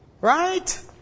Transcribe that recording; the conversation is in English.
right